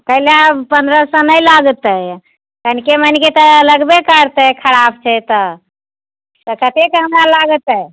कै ला पंद्रह सए नहि लागतै कनिके मनिके तऽ लगबे करतै खराप छै तऽ कतेक हमरा लागतै